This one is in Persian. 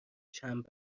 چند